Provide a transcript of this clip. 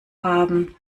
haben